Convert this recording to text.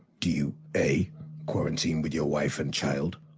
do you a quarantine with your wife and child.